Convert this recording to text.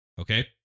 Okay